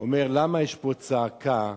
למה יש פה צעקה?